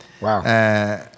Wow